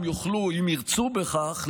אם ירצו בכך,